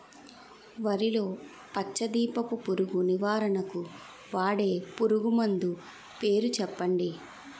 వరిలో పచ్చ దీపపు పురుగు నివారణకు వాడే పురుగుమందు పేరు చెప్పండి?